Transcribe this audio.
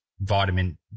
vitamin